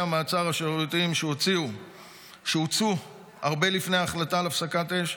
המעצר אשר הוצאו הרבה לפני ההחלטה על הפסקת אש.